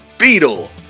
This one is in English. Beetle